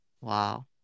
Wow